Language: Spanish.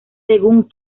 según